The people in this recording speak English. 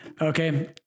okay